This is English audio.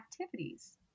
activities